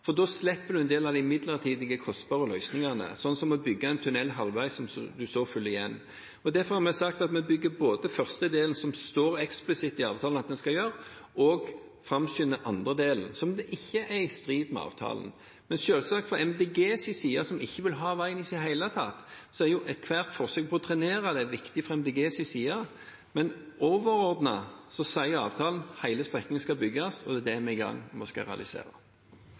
for da slipper man en del av de midlertidige, kostbare løsningene, som å bygge en tunnel halvveis, som man så fyller igjen. Derfor har vi sagt at vi både bygger første del, som det står eksplisitt i avtalen at vi skal gjøre, og framskynder andre del, noe som ikke er i strid med avtalen. Men selvsagt – ethvert forsøk på å trenere det er viktig fra Miljøpartiet De Grønnes side, som ikke vil ha veien i det hele tatt. Men overordnet sier avtalen at hele strekningen skal bygges, og det er det vi er i gang med å skulle realisere.